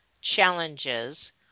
Challenges